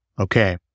okay